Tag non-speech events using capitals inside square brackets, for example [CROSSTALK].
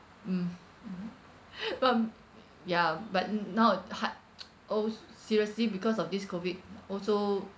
mm mmhmm [BREATH] plump ya but mm now hard al~ seriously because of this COVID also